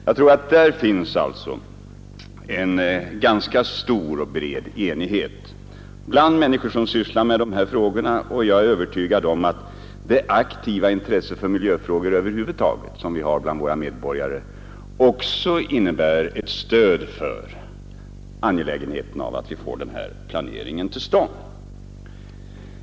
Jag tror att där finns en ganska stor och bred enighet bland människor som sysslar med de här frågorna, och jag är övertygad om att det aktiva intresse för miljöfrågor över huvud taget som vi har hos våra medborgare också innebär ett stöd för angelägenheten av den här planeringen.